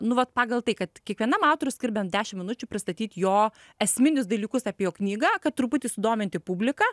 nu vat pagal tai kad kiekvienam autoriui skirt bent dešim minučių pristatyt jo esminius dalykus apie jo knygą kad truputį sudominti publiką